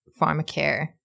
pharmacare